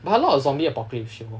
but a lot of zombie apocalypse show